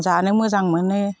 जानो मोजां मोनो